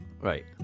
right